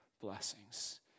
blessings